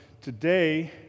today